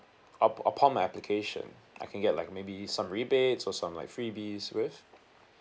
up~ upon my application I can get like maybe some rebates or some like freebies with